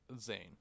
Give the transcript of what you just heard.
zane